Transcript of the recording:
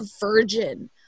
virgin